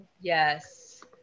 Yes